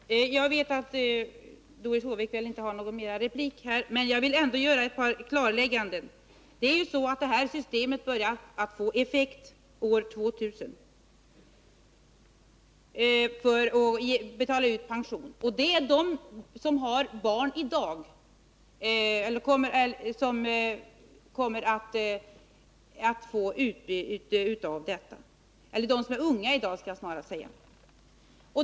Herr talman! Jag vet att Doris Håvik inte har rätt till någon mer replik, men jag vill ändå göra ett par klarlägganden. Det här systemet börjar få effekt på ålderspensioner efter år 2000. Det är de som i dag är unga som kommer att få utbyte av systemet.